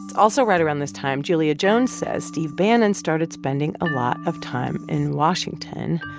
also right around this time, julia jones says steve bannon started spending a lot of time in washington.